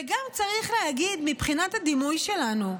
וגם צריך להגיד, מבחינת הדימוי שלנו.